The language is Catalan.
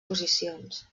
posicions